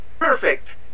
perfect